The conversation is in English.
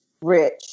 rich